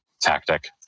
tactic